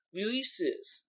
Releases